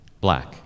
Black